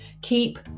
Keep